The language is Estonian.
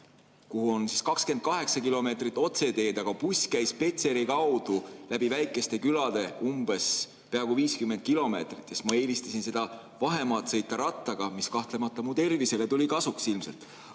kuhu on 28 kilomeetrit otseteed, aga buss käis Petseri kaudu läbi väikeste külade peaaegu 50 kilomeetrit. Ma eelistasin seda vahemaad sõita rattaga, mis mu tervisele tuli ilmselt